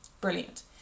brilliant